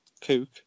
Kook